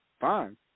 fine